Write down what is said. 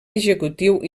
executiu